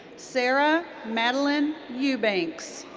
sarah madeline eubanks.